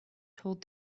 told